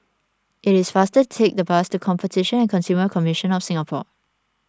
it is faster to take the bus to Competition and Consumer Commission of Singapore